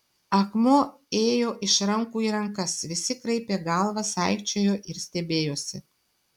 akmuo ėjo iš rankų į rankas visi kraipė galvas aikčiojo ir stebėjosi